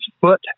foot